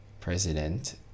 president